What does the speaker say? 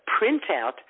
printout